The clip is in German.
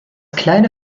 kleine